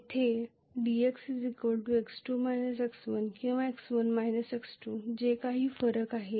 जेथे dx x2 x1 किंवा x1 x2 जे काही फरक आहे